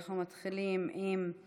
ובכן, אנחנו עוברים לשלב של השאילתות.